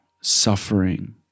suffering